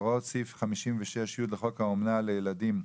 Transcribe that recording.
הוראות סעיף 56(י) לחוק אומנה לילדים,